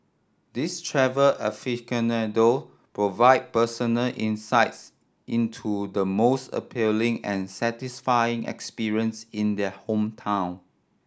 these travel aficionado provide personal insight into the most appealing and satisfying experience in their hometown